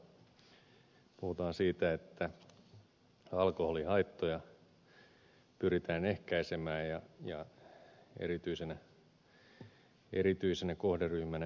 puhutaan siitä että alkoholihaittoja pyritään ehkäisemään erityisenä kohderyhmänä nuoret